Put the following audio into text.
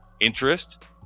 Interest